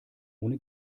ohne